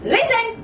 Listen